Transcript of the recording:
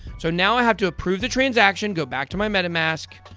so, now, i have to approve the transaction, go back to my metamask,